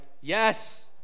yes